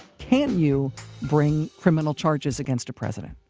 can you bring criminal charges against a president?